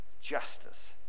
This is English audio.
Justice